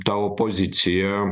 ta opozicija